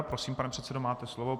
Prosím, pane předsedo, máte slovo.